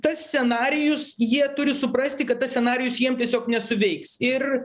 tas scenarijus jie turi suprasti kad tas scenarijus jiem tiesiog nesuveiks ir